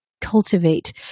cultivate